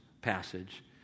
passage